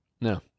no